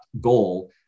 goal